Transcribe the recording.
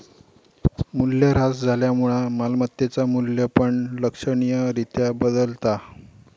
मूल्यह्रास झाल्यामुळा मालमत्तेचा मू्ल्य पण लक्षणीय रित्या बदलता